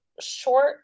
short